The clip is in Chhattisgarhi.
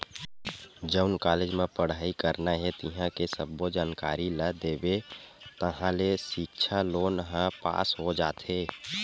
जउन कॉलेज म पड़हई करना हे तिंहा के सब्बो जानकारी ल देबे ताहाँले सिक्छा लोन ह पास हो जाथे